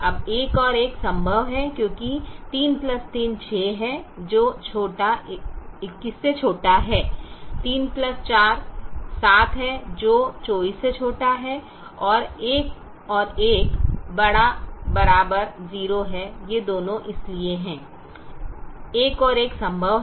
अब 11 संभव है क्योंकि 3 3 6 है जो 21 है 4 3 7 है जो 24 है 11 ≥ 0 ये दोनों इसलिए हैं 11 संभव है